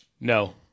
no